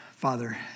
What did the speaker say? Father